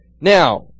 Now